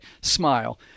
smile